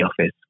office